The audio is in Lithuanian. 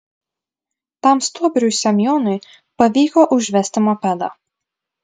tam stuobriui semionui pavyko užvesti mopedą